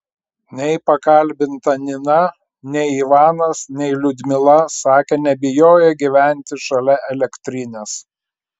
nei pakalbinta nina nei ivanas nei liudmila sakė nebijoję gyventi šalia elektrinės